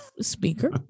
speaker